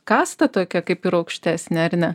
kasta tokia kaip ir aukštesnė ar ne